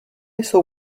jsou